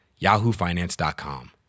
yahoofinance.com